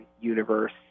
universe